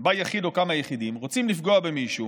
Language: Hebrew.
שבה יחיד או כמה יחידים רוצים לפגוע במישהו